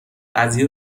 قضیه